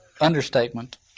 understatement